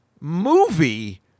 movie